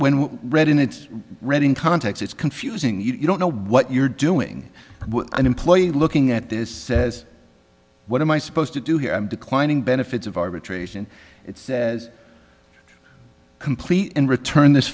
in its reading context it's confusing you don't know what you're doing an employee looking at this says what am i supposed to do here i'm declining benefits of arbitration it says complete and return this